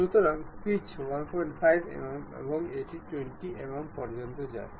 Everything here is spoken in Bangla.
সুতরাং পিচ 15 mm এবং এটি 20 mm পর্যন্ত যায়